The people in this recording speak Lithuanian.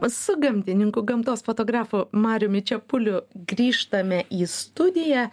su gamtininku gamtos fotografu mariumi čepuliu grįžtame į studiją